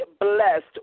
blessed